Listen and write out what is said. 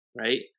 right